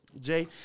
Jay